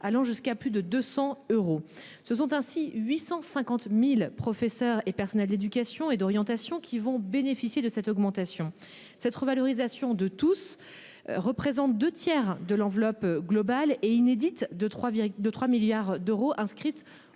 allant jusqu'à plus de 200 euros se sont ainsi 850.000 professeurs et personnels d'éducation et d'orientation qui vont bénéficier de cette augmentation. Cette revalorisation de tous. Représente 2 tiers de l'enveloppe globale et inédite de 3 de 3 milliards d'euros inscrite